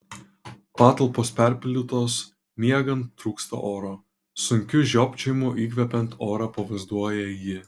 patalpos perpildytos miegant trūksta oro sunkiu žiopčiojimu įkvepiant orą pavaizduoja ji